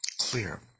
Clear